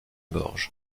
gorge